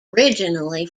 originally